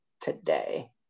today